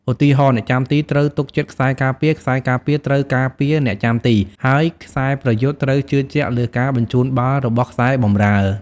ឧទាហរណ៍ អ្នកចាំទីត្រូវទុកចិត្តខ្សែការពារ ខ្សែការពារត្រូវការពារអ្នកចាំទី ហើយខ្សែប្រយុទ្ធត្រូវជឿជាក់លើការបញ្ជូនបាល់របស់ខ្សែបម្រើ។